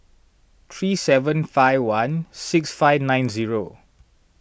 three seven five one six five nine zero